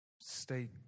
stay